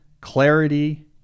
clarity